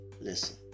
listen